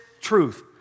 truth